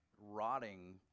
rotting